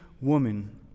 woman